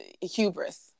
hubris